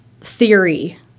theory